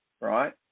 right